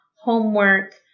homework